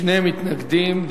שני מתנגדים,